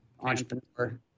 entrepreneur